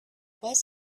was